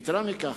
יתירה מכך,